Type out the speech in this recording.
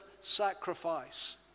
sacrifice